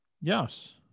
yes